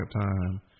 time